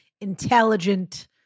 intelligent